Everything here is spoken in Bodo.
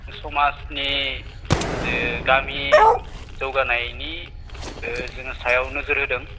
समाजनि जे गामि जौगानायनि सायाव जों नोजोर होदों